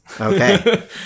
Okay